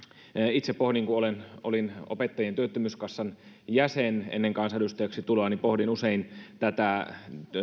kun olin opettajien työttömyyskassan jäsen ennen kansanedustajaksi tuloa niin pohdin usein tätä